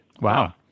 Wow